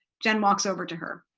jen walks over to her.